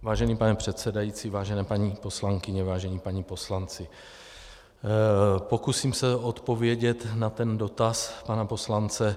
Vážený pane předsedající, vážené paní poslankyně, vážení páni poslanci, pokusím se odpovědět na dotaz pana poslance.